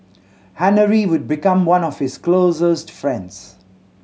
Henry would become one of his closest friends